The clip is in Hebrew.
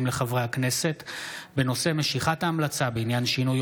לחברי הכנסת בנושא: משיכת ההמלצה בעניין שינוי